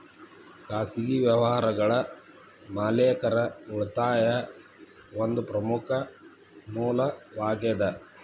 ಖಾಸಗಿ ವ್ಯವಹಾರಗಳ ಮಾಲೇಕರ ಉಳಿತಾಯಾ ಒಂದ ಪ್ರಮುಖ ಮೂಲವಾಗೇದ